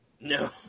No